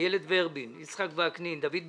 איילת ורבין, יצחק וקנין, דוד ביטן,